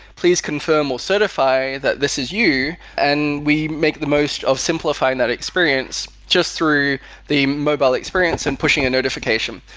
please confirm or certify that this is you, and we make the most of simplifying that experience just through the mobile experience and pushing a notification.